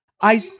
I-